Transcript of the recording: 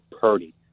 Purdy